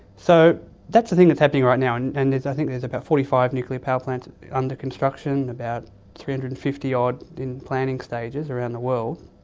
so that's the thing that's happening right now, and and i think there's about forty five nuclear power plants under construction, about three hundred and fifty odd in planning stages around the world,